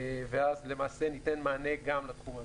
ואז למעשה ניתן מענה גם לתחום הזה.